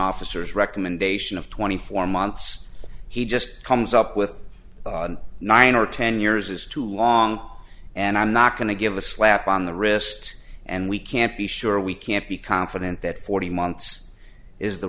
officers recommendation of twenty four months he just comes up with nine or ten years is too long and i'm not going to give a slap on the wrist and we can't be sure we can't be confident that forty months is the